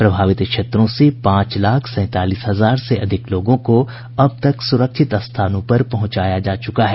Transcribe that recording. प्रभावित क्षेत्रों से पांच लाख सैंतालीस हजार से अधिक लोगों को अब तक सुरक्षित स्थानों पर पहुंचाया जा चुका है